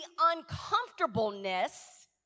uncomfortableness